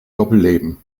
doppelleben